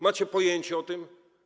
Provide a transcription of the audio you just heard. Macie pojęcie o tym?